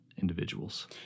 individuals